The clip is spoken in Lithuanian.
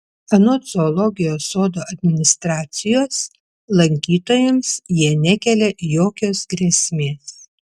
anot zoologijos sodo administracijos lankytojams jie nekelia jokios grėsmės